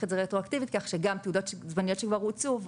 את זה רטרואקטיבית גם לגבי תעודות זמניות שכבר הוצאו.